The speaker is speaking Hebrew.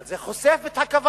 אבל זה חושף את הכוונה.